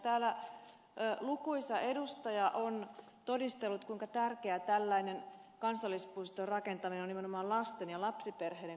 täällä lukuisat edustajat ovat todistelleet kuinka tärkeä tällainen kansallispuiston rakentaminen on nimenomaan lasten ja lapsiperheiden kannalta